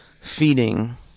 feeding